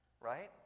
right